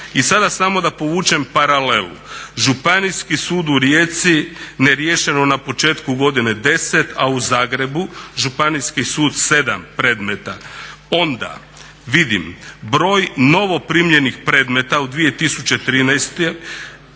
I sada samo da povučem paralelu Županijski sud u Rijeci neriješeno na početku godine 10, a u Zagrebu Županijski sud 7 predmeta. Onda vidim broj novoprimljenih predmeta u 2013.